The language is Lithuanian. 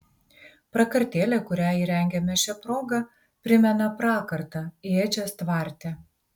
prakartėlė kurią įrengiame šia proga primena prakartą ėdžias tvarte